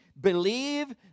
believe